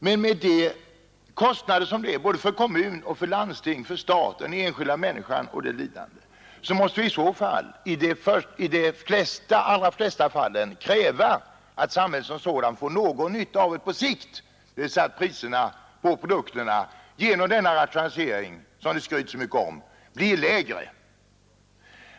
Men med de kostnader som uppkommer för både kommunerna, landstingen, staten och den enskilda människan och det lidande människorna kan utsättas för måste man i de allra flesta fall kräva att samhället som sådant åtminstone på sikt får någon nytta av sådana koncentrationer, dvs. att priserna på produkterna genom denna strukturrationalisering, som det skryts så mycket om, blir lägre.